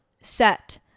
set